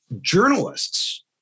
Journalists